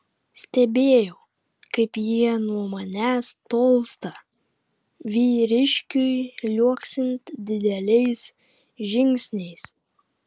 stebėjau kaip jie nuo manęs tolsta vyriškiui liuoksint dideliais žingsniais